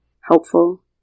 helpful